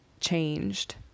changed